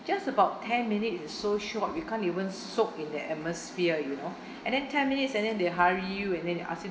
just about ten minutes it's so short we can't even soak in the atmosphere you know and then ten minutes and then they hurry you and then they ask you to